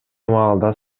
маалда